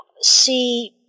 see